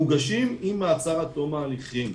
מוגשים עם מעצר עד תום ההליכים,